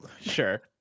sure